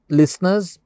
listeners